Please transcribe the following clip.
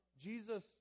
Jesus